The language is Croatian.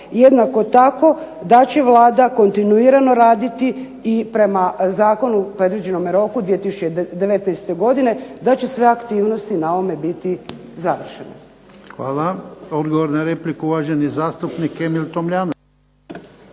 jednako tako da će Vlada kontinuirano raditi i prema zakonu u predviđenom roku 2019. godine da će sve aktivnosti na ovome biti završene. **Jarnjak, Ivan (HDZ)** Hvala. Odgovor na repliku, uvaženi zastupnik Emil Tomljanović.